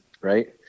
right